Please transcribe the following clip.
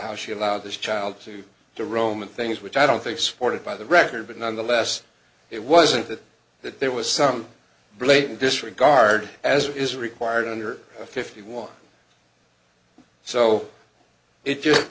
how she allowed this child to the roman things which i don't think supported by the record but nonetheless it wasn't that that there was some blatant disregard as is required under fifty one so i